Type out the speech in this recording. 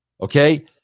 Okay